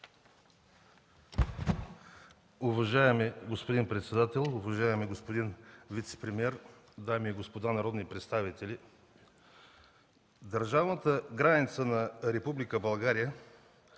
Уважаеми господин председател, уважаеми господин вицепремиер, дами и господа народни представители! Държавната граница на Република България